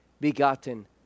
begotten